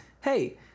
Hey—